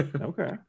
Okay